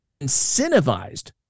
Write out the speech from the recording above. incentivized